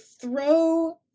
throw